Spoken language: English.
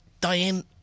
Diane